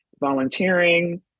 volunteering